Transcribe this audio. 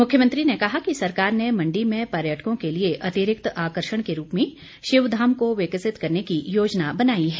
मुख्यमंत्री ने कहा कि सरकार ने मण्डी में पर्यटकों के लिए अतिरिक्त आकर्षण के रूप में शिव धाम को विकसित करने की योजना बनाई है